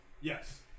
Yes